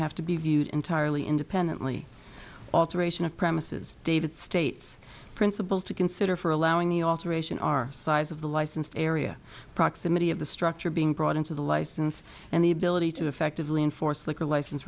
have to be viewed entirely independently alteration of premises david states principles to consider for allowing the alteration our size of the licensed area proximity of the structure being brought into the license and the ability to effectively enforce liquor license